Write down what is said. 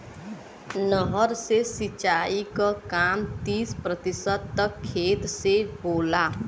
नहर से सिंचाई क काम तीस प्रतिशत तक खेत से होला